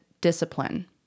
discipline